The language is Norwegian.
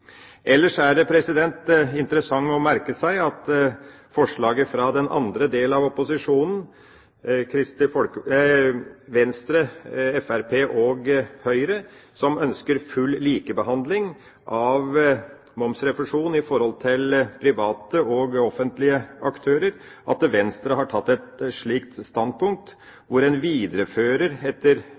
Ellers er det interessant å merke seg at i forslaget fra den andre delen av opposisjonen – Venstre, Fremskrittspartiet og Høyre – ønsker en full likebehandling av momsrefusjonen for private og offentlige aktører. Venstre har tatt et standpunkt hvor en viderefører